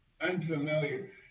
unfamiliar